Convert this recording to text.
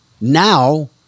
now